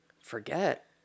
forget